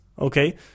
okay